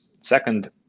Second